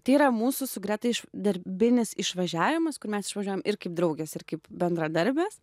tai yra mūsų su greta iš darbinis išvažiavimas kur mes išvažiuojam ir kaip draugės ir kaip bendradarbės